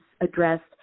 addressed